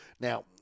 Now